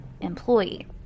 employee